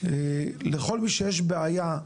לכל מי שיש בעיה,